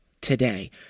today